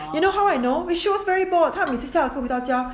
you know how I know which show she very bored 她每次上课回到家